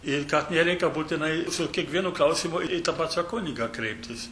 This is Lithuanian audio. ir kad nereikia būtinai su kiekvienu klausimu į tą pačią kunigą kreiptis